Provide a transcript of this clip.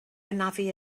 anafu